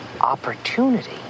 Opportunity